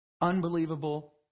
Unbelievable